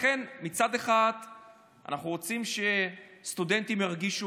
לכן מצד אחד אנחנו רוצים שסטודנטים ירגישו